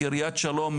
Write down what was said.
קרית שלום,